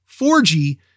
4g